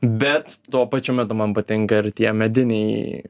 bet tuo pačiu metu man patinka ir tie mediniai